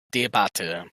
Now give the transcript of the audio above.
debatte